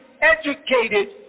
educated